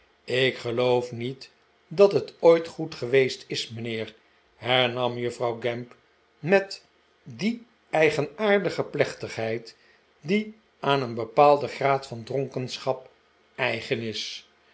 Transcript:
ik geloof niet dat het ooit goed geweest is mijnheer hernam juffrouw gamp met die eigenaardige plechtigheid die aan een bepaalden graad van dronkenschap eigen is